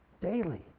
Daily